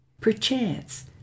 perchance